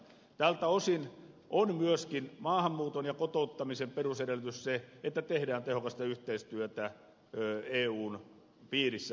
tältä osin on myöskin maahanmuuton ja kotouttamisen perusedellytys se että tehdään tehokasta yhteistyötä eun piirissä